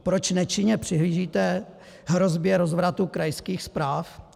Proč nečinně přihlížíte hrozbě rozvratu krajských správ?